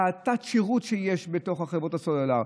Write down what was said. בתת-שירות שיש בתוך חברות הסלולר,